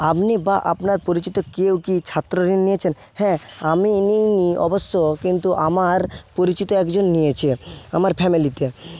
আপনি বা আপনার পরিচিত কেউ কি ছাত্র ঋণ নিয়েছেন হ্যাঁ আমি নিইনি অবশ্য কিন্তু আমার পরিচিত একজন নিয়েছে আমার ফ্যামিলিতে